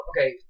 Okay